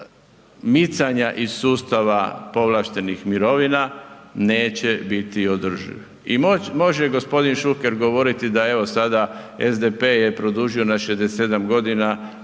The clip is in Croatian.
micanja iz sustava povlaštenih mirovina neće biti održiv. I može gospodin Šuker govoriti da evo sada SDP je produžio na 67 godina,